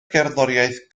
gerddoriaeth